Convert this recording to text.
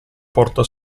porta